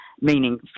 meaning